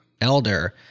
elder